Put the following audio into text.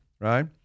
right